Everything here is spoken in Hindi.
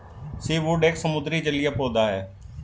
सीवूड एक समुद्री जलीय पौधा है